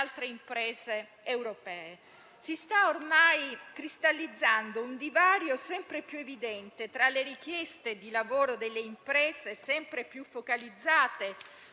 Si sta ormai cristallizzando un divario sempre più evidente tra le richieste di lavoro delle imprese, sempre più focalizzate